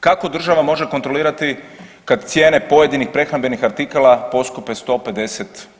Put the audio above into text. Kako država može kontrolirati kad cijene pojedinih prehrambenih artikala poskupe 150%